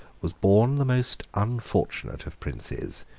was born the most unfortunate of princes,